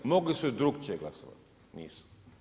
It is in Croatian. Mogli su i drukčije glasovati, nisu.